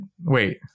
wait